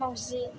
माउजि